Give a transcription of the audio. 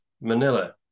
Manila